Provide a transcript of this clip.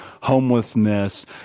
homelessness